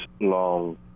long